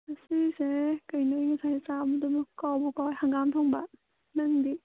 ꯉꯁꯤꯁꯦ ꯀꯩꯅꯣ ꯉꯁꯥꯏ ꯆꯥꯕꯗꯨꯕꯨ ꯀꯥꯎꯕꯨ ꯀꯥꯎꯔꯦ ꯍꯪꯒꯥꯝ ꯊꯣꯡꯕ ꯅꯪꯗꯤ